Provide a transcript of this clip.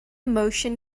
motion